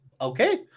okay